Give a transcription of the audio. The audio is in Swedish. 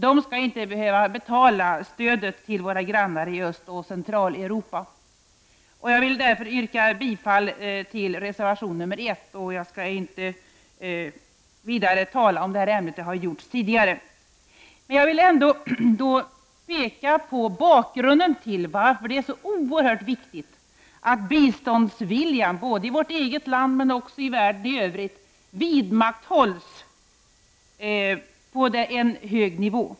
De skall inte behöva betala stödet till våra grannar i Östoch Centraleuropa. Jag vill därför yrka bifall till reservation 1. Jag skall inte vidare tala om ämnet — det har gjorts här tidigare. Jag vill dock påpeka bakgrunden till att det är så oerhört viktigt att biståndsviljan, både i vårt eget land och i världen i övrigt, vidmakthålls på en hög nivå.